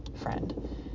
friend